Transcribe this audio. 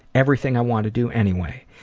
everything i want to do anyway.